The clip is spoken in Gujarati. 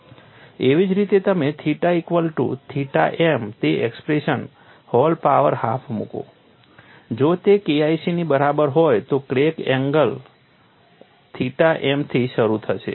એવી જ રીતે તમે theta equal to theta m તે એક્સપ્રેશન હૉલ પાવર હાફ મૂકો જો તે KIC ની બરાબર હોય તો ક્રેક એક એંગલ થીટા m થી શરૂ થશે